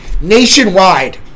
Nationwide